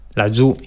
laggiù